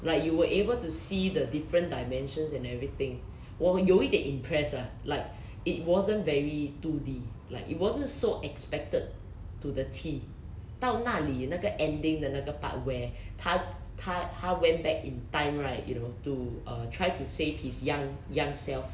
like you were able to see the different dimensions and everything 我有一点 impressed lah like it wasn't very two D like it wasn't so expected to the 到那里那个 ending 的那个 part where 他他 went back in time right you know to uh try to save his young young self